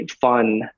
fun